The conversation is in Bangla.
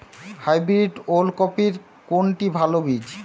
হাইব্রিড ওল কপির কোনটি ভালো বীজ?